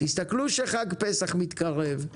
תסתכלו שחג פסח מתקרב,